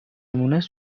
مونس